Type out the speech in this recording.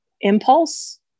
impulse